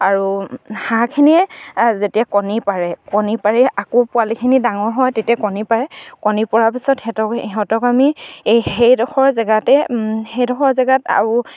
আৰু হাঁহখিনিয়ে যেতিয়া কণী পাৰে কণী পাৰি আকৌ পোৱালিখিনি ডাঙৰ হয় তেতিয়া কণী পাৰে কণী পৰাৰ পিছত সিহঁতক আমি এই সেইডোখৰ জেগাতে সেইডোখৰ জেগাত